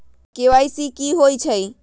KYC कि होई छई?